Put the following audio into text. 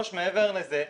מעבר לזה,